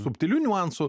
subtilių niuansų